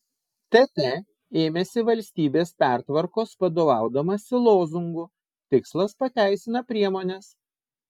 tt ėmėsi valstybės pertvarkos vadovaudamasi lozungu tikslas pateisina priemones